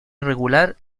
irregular